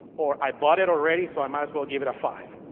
or i bought it already, so i might as well give it a five.